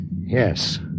Yes